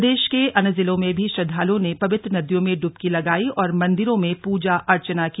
प्रदेश के अन्य जिलों में भी श्रद्वालुओं ने पवित्र नदियों में डुबकी लगाई और मंदिरों में पूजा अर्चना की